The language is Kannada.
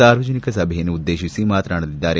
ಸಾರ್ವಜನಿಕ ಸಭೆಯನ್ನುದ್ದೇಶಿಸಿ ಮಾತನಾಡಲಿದ್ದಾರೆ